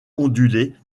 ondulée